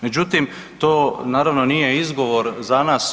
Međutim, to naravno nije izgovor za nas.